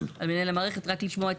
רק לשמוע את